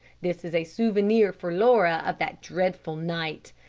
this is a souvenir for laura of that dreadful night.